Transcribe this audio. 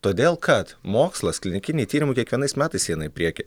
todėl kad mokslas klinikiniai tyrimai kiekvienais metais eina į priekį